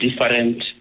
different